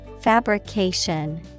Fabrication